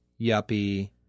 yuppie